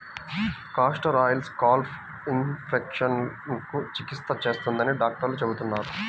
castor oil scalp ఇన్ఫెక్షన్లకు చికిత్స చేస్తుందని డాక్టర్లు చెబుతున్నారు